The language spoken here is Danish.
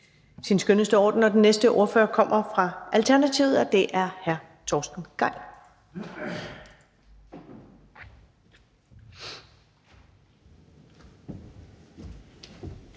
sin skønneste orden. Den næste ordfører kommer fra Alternativet, og det er hr. Torsten Gejl.